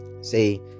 Say